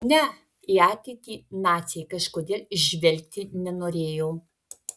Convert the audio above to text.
ne į ateitį naciai kažkodėl žvelgti nenorėjo